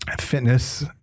fitness